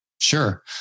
Sure